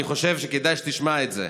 ואני חושב שכדאי שתשמע את זה,